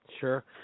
Sure